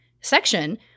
section